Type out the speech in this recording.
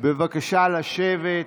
בבקשה לשבת.